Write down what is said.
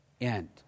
end